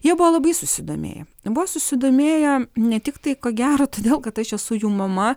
jie buvo labai susidomėję buvo susidomėję ne tik tai ko gero todėl kad aš esu jų mama